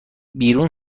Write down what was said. بیرون